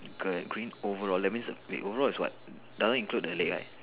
girl green overall that means wait overall is what doesn't include the leg right